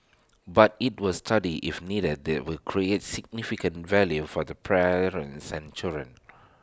but IT will study if indeed they will create significant value for the parents and children